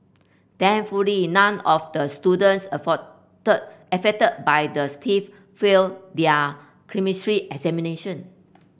thankfully none of the students afford affected by the theft failed their Chemistry examination